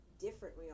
different